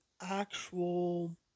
actual